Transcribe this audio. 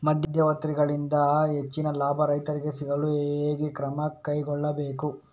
ಮಧ್ಯವರ್ತಿಗಳಿಂದ ಹೆಚ್ಚಿನ ಲಾಭ ರೈತರಿಗೆ ಸಿಗಲು ಹೇಗೆ ಕ್ರಮ ಕೈಗೊಳ್ಳಬೇಕು?